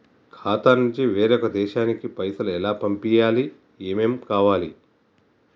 ఖాతా నుంచి వేరొక దేశానికి పైసలు ఎలా పంపియ్యాలి? ఏమేం కావాలి?